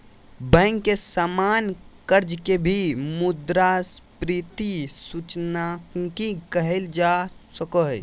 bank के सामान्य कर्ज के भी मुद्रास्फीति सूचकांकित कइल जा सको हइ